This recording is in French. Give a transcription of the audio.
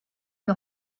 une